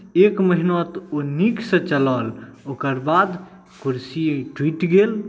एक महिना तऽ ओ नीकसँ चलल ओकर बाद कुर्सी टूटि गेल